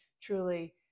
truly